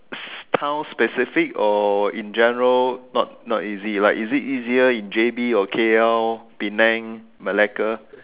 town specific or in general not not easy like is it easier in J_B or K_L Penang Malacca